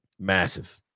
massive